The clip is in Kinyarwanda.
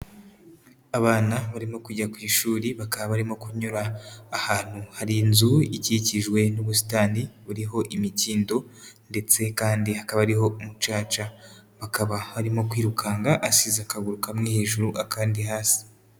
Abana barimo kujya ku ishuri, bakaba barimo kunyura ahantu hari inzu ikikijwe n'ubusitani buriho imikindo ndetse kandi hakaba ari umucaca bakaba harimo kwirukanka asize akaguru kamwe hejuru akandi hasi.